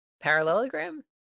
Parallelogram